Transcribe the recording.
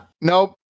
nope